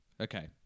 Okay